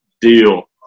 deal